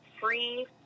free